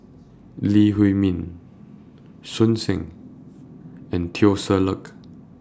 Lee Huei Min So Heng and Teo Ser Luck